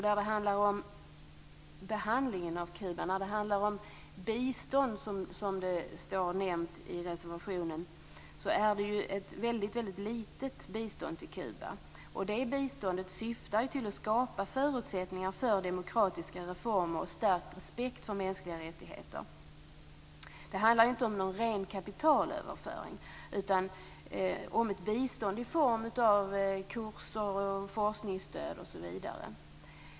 Biståndet till Kuba, som nämns i reservationen, är ju väldigt litet, och detta bistånd syftar till att skapa förutsättningar för demokratiska reformer och stärkt respekt för mänskliga rättigheter. Det handlar inte om någon ren kapitalöverföring utan om ett bistånd i form av kurser, forskningsstöd osv.